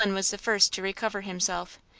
allan was the first to recover himself.